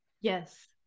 Yes